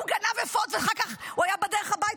הוא גנב אפוד ואחר כך הוא היה בדרך הביתה,